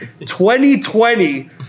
2020